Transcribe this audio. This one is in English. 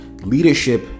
leadership